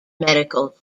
medical